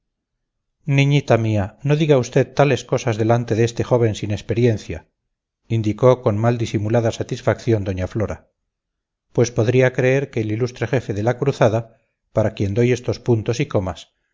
niñita mía no diga usted tales cosas delante de este joven sin experiencia indicó con mal disimulada satisfacción doña flora pues podría creer que el ilustre jefe de la cruzada para quien doy estos puntos y comas